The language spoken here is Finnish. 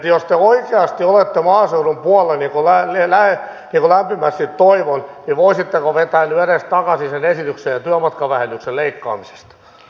että jos oikeasti olette maaseudun puolella niin kuin lämpimästi toivon niin voisitteko vetää nyt edes takaisin sen esityksen työmatkavähennyksen leikkaamisesta